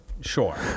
Sure